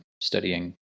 studying